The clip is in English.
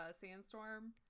Sandstorm